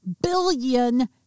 billion